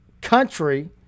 country